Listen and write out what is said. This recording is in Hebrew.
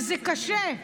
וזה קשה,